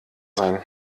sein